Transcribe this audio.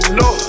no